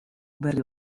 berri